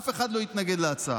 אף אחד לא התנגד להצעה,